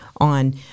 on